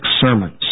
sermons